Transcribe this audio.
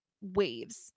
waves